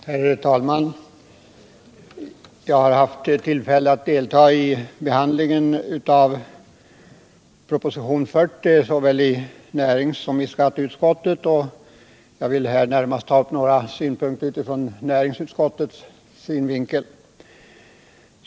Herr talman! Jag har haft tillfälle att delta i behandlingen av propositionen 40 såväl i näringsutskottet som i skatteutskottet, och jag vill här närmast ta upp några synpunkter utifrån näringsutskottets synvinkel.